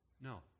no